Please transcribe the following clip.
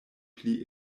pli